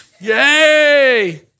Yay